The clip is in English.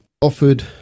Offered